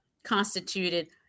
constituted